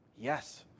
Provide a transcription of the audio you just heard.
yes